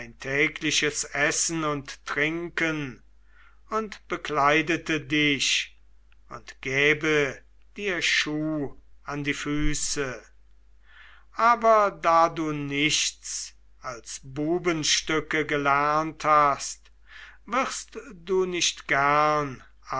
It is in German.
tägliches essen und trinken und bekleidete dich und gäbe dir schuh an die füße aber da du nun nichts als bubenstücke gelernt hast wirst du nicht gern